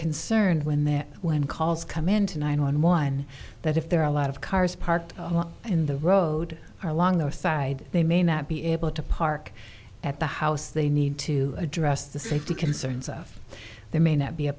concerned when their when calls come into nine one one that if there are a lot of cars parked in the road or along the side they may not be able to park at the house they need to address the safety concerns of there may not be a